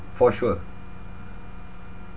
for sure